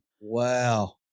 Wow